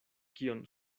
kion